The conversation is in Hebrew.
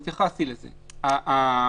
אני חושבת שהדיון הזה ממש חשוב,